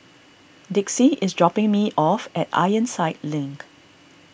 Dixie is dropping me off at Ironside Link